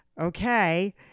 Okay